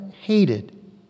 hated